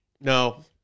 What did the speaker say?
No